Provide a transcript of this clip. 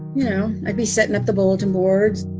you know, i'd be setting up the bulletin boards